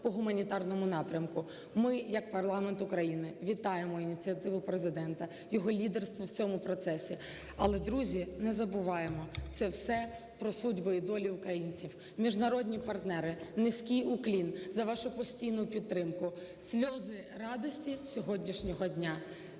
по гуманітарному напрямку. Ми, як парламент України, вітаємо ініціативу Президента, його лідерство в цьому процесі. Але, друзі, не забуваємо, це все про судьби і долі українців. Міжнародні партнери, низький уклін за вашу постійну підтримку, сльози радості сьогоднішнього дня.